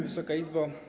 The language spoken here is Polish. Wysoka Izbo!